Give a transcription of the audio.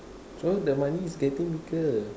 so the money is getting bigger